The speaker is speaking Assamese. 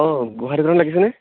অঁ গোহাঁই দোকানত লাগিছেনে